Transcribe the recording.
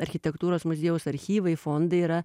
architektūros muziejaus archyvai fondai yra